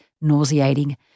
nauseating